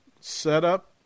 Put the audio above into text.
setup